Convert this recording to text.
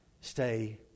stay